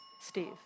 Steve